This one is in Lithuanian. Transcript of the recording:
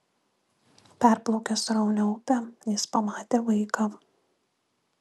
perplaukęs sraunią upę jis pamatė vaiką